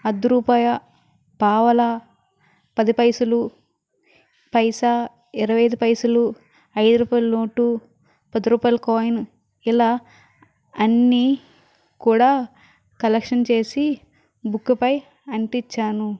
అర్ధరూపాయ పావలా పది పైసలు పైసా ఇరవై ఐదు పైసలు ఐదు రూపాయల నోటు పది రూపాయల కాయిన్ ఇలా అన్ని కూడా కలెక్షన్ చేసి బుక్కు పై అంటించాను